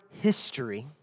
history